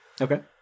Okay